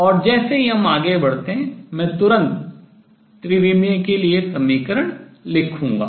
और जैसे ही हम आगे बढ़ते हैं मैं तुरंत त्रिविमीय के लिए समीकरण लिखूंगा